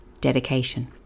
dedication